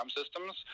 systems